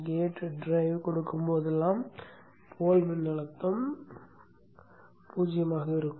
gate drive கொடுக்கப்படும் போதெல்லாம் போல் மின்னழுத்தம் 0 ஆக இருக்கும்